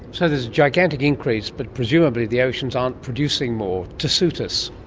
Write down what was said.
so there's a gigantic increase, but presumably the oceans aren't producing more to suit us.